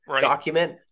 document